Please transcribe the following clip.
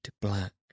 black